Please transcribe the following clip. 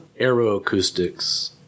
aeroacoustics